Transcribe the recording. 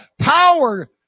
power